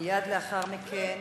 ומייד לאחר מכן